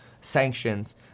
sanctions